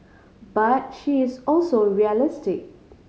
but she is also realistic